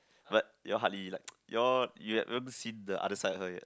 but you all hardly like you all you you haven't seen the other side of her yet